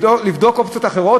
לבדוק אופציות אחרות?